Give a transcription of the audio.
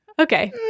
Okay